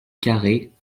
carrée